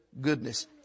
goodness